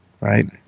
right